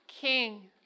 king